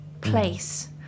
place